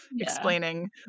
explaining